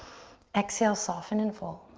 exhale, soften and fold.